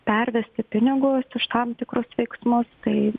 pervesti pinigus už tam tikrus veiksmus tai